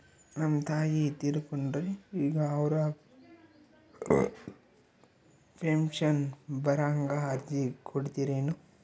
ನಮ್ ತಾಯಿ ತೀರಕೊಂಡಾರ್ರಿ ಈಗ ಅವ್ರ ಪೆಂಶನ್ ಬರಹಂಗ ಅರ್ಜಿ ಕೊಡತೀರೆನು?